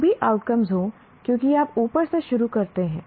जो भी आउटकम हो क्योंकि आप ऊपर से शुरू करते हैं